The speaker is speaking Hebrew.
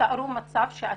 אני